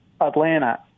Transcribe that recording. Atlanta